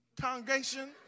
congregation